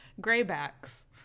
Graybacks